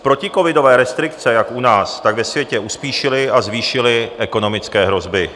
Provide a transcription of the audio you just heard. Proticovidové restrikce jak u nás, tak ve světě uspíšily a zvýšily ekonomické hrozby.